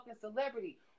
celebrity